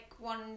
one